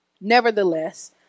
Nevertheless